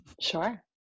Sure